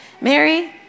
Mary